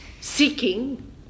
seeking